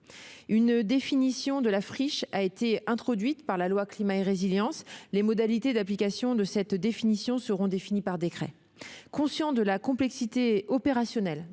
la résilience face à ses effets, dite loi Climat et résilience. Les modalités d'application de cette définition seront définies par décret. Conscients de la complexité opérationnelle